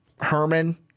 Herman